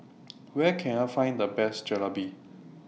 Where Can I Find The Best Jalebi